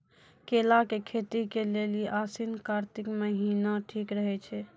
केला के खेती के लेली आसिन कातिक महीना ठीक रहै छै